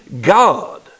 God